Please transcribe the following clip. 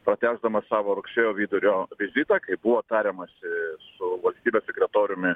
pratęsdamas savo rugsėjo vidurio vizitą kai buvo tariamasi su valstybės sekretoriumi